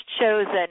chosen